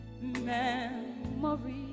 Memories